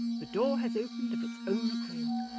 the door has opened of its own accord.